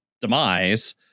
demise